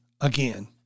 again